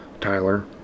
Tyler